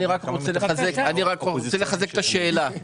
אני רוצה לחזק את השאלה.